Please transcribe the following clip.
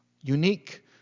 unique